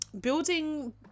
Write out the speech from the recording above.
building